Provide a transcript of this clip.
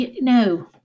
no